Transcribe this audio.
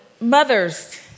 mothers